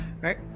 right